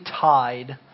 tied